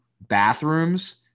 bathrooms